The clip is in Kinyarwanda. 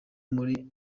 muri